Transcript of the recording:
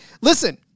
listen